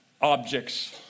objects